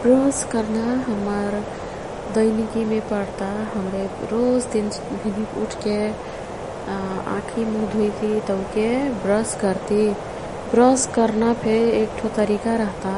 ब्रस कर्ना हम्मर दैनिकिमे पर्ता। हाम्रे रोज दिन भिन्हिक उठ्के आँखी मुह धुइती तौके ब्रस कर्ती। ब्रस कर्नाफे एक्ठो तरिका रह्ता।